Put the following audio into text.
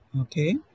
okay